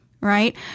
right